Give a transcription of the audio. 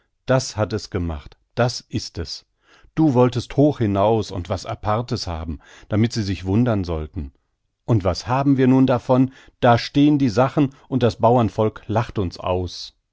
das hat es gemacht das ist es du wolltest hoch hinaus und was apartes haben damit sie sich wundern sollten und was haben wir nun davon da stehen die sachen und das bauernvolk lacht uns aus